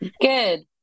good